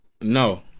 No